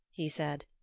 he said,